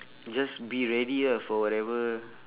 just be ready ah for whatever